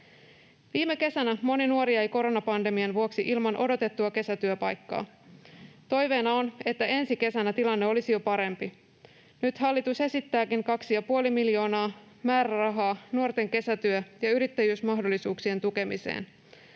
Viime kesänä moni nuori jäi koronapandemian vuoksi ilman odotettua kesätyöpaikkaa. Toiveena on, että ensi kesänä tilanne olisi jo parempi. Nyt hallitus esittääkin 2,5 miljoonaa määrärahaa nuorten kesätyö- ja yrittäjyysmahdollisuuksien tukemiseen.